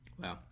Wow